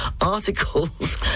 articles